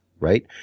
Right